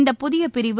இந்தப் புதிய பிரிவு